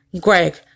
Greg